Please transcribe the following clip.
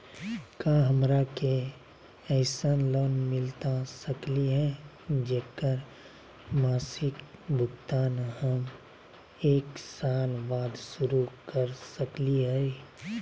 का हमरा के ऐसन लोन मिलता सकली है, जेकर मासिक भुगतान हम एक साल बाद शुरू कर सकली हई?